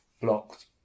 blocked